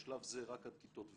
בשלב זה רק עד כיתות ו',